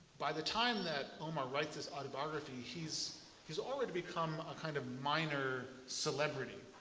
by the time that omar writes this autobiography, he's he's already become a kind of minor celebrity.